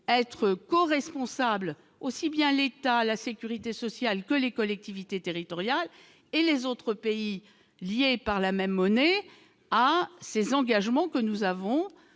être coresponsables, aussi bien l'État à la sécurité sociale, que les collectivités territoriales et les autres pays liés par la même monnaie à ses engagements que nous avons